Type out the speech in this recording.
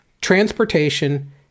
transportation